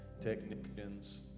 technicians